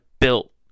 built